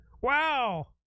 Wow